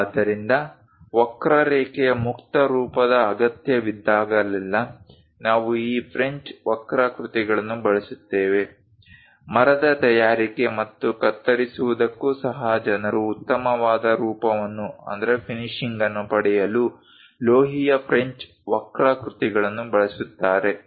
ಆದ್ದರಿಂದ ವಕ್ರರೇಖೆಯ ಮುಕ್ತ ರೂಪದ ಅಗತ್ಯವಿದ್ದಾಗಲೆಲ್ಲಾ ನಾವು ಈ ಫ್ರೆಂಚ್ ವಕ್ರಾಕೃತಿಗಳನ್ನು ಬಳಸುತ್ತೇವೆ ಮರದ ತಯಾರಿಕೆ ಮತ್ತು ಕತ್ತರಿಸುವುದಕ್ಕೂ ಸಹ ಜನರು ಉತ್ತಮವಾದ ರೂಪವನ್ನು ಪಡೆಯಲು ಲೋಹೀಯ ಫ್ರೆಂಚ್ ವಕ್ರಾಕೃತಿಗಳನ್ನು ಬಳಸುತ್ತಾರೆ